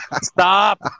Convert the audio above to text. stop